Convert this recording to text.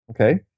Okay